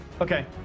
Okay